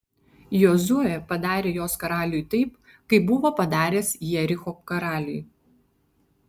jozuė padarė jos karaliui taip kaip buvo padaręs jericho karaliui